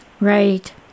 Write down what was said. right